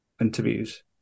interviews